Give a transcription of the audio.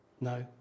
No